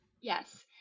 Yes